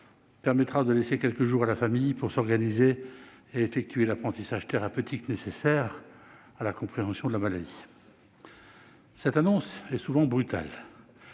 permettra de laisser quelques jours à la famille pour s'organiser et effectuer l'apprentissage thérapeutique nécessaire à la compréhension de la maladie. Cette annonce est souvent brutale